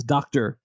Doctor